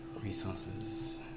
resources